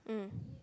mm